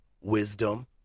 wisdom